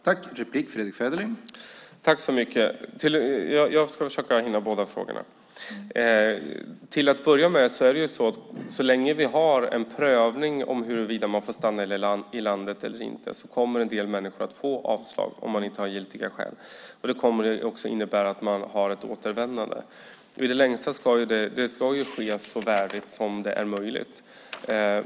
Herr talman! Jag ska försöka hinna med båda frågorna. Så länge vi har en prövning av huruvida människor får stanna i landet eller inte kommer en del att få avslag om de inte har giltiga skäl. Det kommer också att innebära att de har ett återvändande. Det ska ske så värdigt som det är möjligt.